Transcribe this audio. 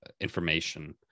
information